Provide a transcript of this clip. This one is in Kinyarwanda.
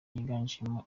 yiganjemo